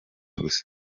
gusa